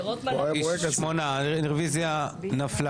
הרביזיה הוסרה.